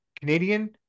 Canadian